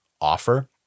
offer